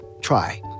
try